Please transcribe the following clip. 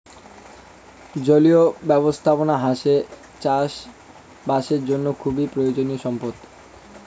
জলীয় ব্যবস্থাপনা হসে চাষ বাসের জন্য খুবই প্রয়োজনীয় সম্পদ